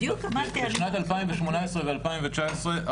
בשנת 2018 ו- 2019,